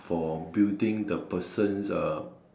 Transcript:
for building the person's uh